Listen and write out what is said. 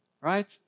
Right